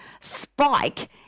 spike